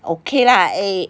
okay lah eh